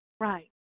Right